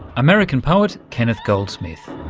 american poet kenneth goldsmith.